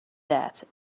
that